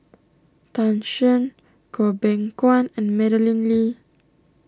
Tan Shen Goh Beng Kwan and Madeleine Lee